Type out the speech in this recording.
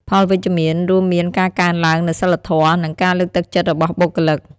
ផលវិជ្ជមាន រួមមានការកើនឡើងនូវសីលធម៌ និងការលើកទឹកចិត្តរបស់បុគ្គលិក។